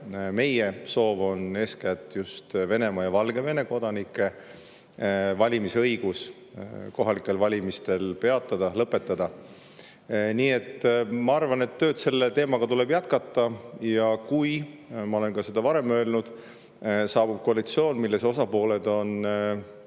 Meie soov on eeskätt just Venemaa ja Valgevene kodanike valimisõigus kohalikel valimistel peatada, lõpetada. Nii et ma arvan, et tööd selle teemaga tuleb jätkata ja kui – ma olen seda ka varem öelnud – saabub koalitsioon, mille osapooled on